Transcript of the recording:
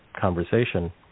conversation